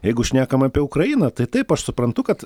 jeigu šnekam apie ukrainą tai taip aš suprantu kad